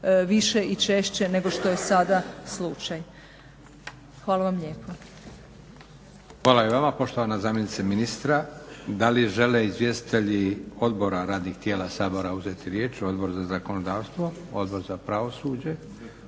više i češće nego što je sada slučaj. Hvala vam lijepa. **Leko, Josip (SDP)** Hvala i vama poštovana zamjenice ministra. Da li žele izvjestitelji odbora, radnih tijela Sabora uzeti riječ? Odbor za zakonodavstvo? Odbor za pravosuđe?